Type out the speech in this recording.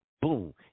boom